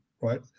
right